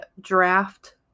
draft